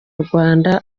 rwanda